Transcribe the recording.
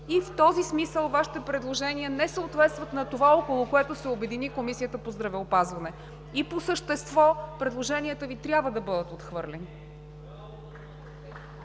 и в този смисъл Вашите предложения не съответстват на това, около което се обедини Комисията по здравеопазване. И по същество предложенията Ви трябва да бъдат отхвърлени.